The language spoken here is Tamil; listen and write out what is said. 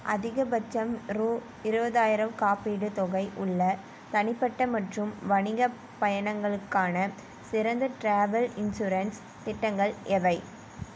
அதிகபட்சம் ரூ இருபதாயிரம் காப்பீடுத் தொகை உள்ள தனிப்பட்ட மற்றும் வணிகப் பயணங்களுக்கான சிறந்த ட்ராவல் இன்சூரன்ஸ் திட்டங்கள் எவை